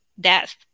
Death